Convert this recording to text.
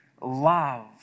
love